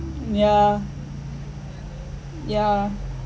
yeah yeah